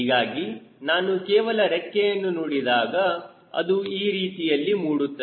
ಹೀಗಾಗಿ ನಾನು ಕೇವಲ ರೆಕ್ಕೆಯನ್ನು ನೋಡಿದಾಗ ಅದು ಈ ರೀತಿಯಲ್ಲಿ ಮೂಡುತ್ತದೆ